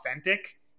authentic